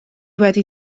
wedi